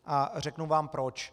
A řeknu vám proč.